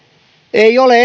ei ole